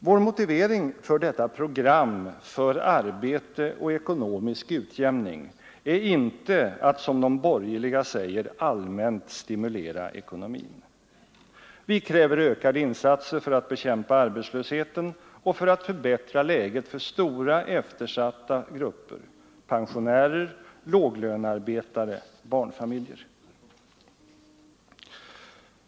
Vår motivering för detta program för arbete och ekonomisk utjämning är inte att som de borgerliga säger allmänt ”stimulera ekonomin”. Vi kräver ökade insatser för att bekämpa arbetslösheten och för att förbättra läget för stora eftersatta grupper — pensionärer, låglönearbetare, barnfamiljer.